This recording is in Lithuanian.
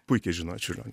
puikiai žinojo čiurlionį